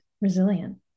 resilient